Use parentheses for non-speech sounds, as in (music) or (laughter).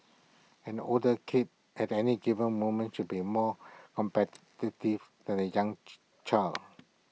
an older kid at any given moment should be more competitive than A young (noise) child